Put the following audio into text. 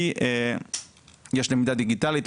כי יש למידה דיגיטלית,